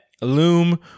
Loom